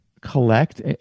collect